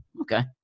okay